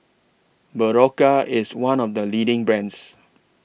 Berocca IS one of The leading brands